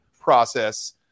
process